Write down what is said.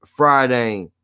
friday